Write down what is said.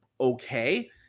Okay